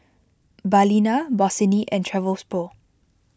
Balina Bossini and Travelpro